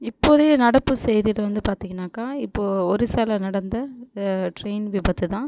இப்போதைய நடப்பு செய்தின்னு வந்து பார்த்தீங்கன்னாக்கா இப்போது ஒரிசாவில் நடந்த ட்ரெயின் விபத்து தான்